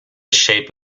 shape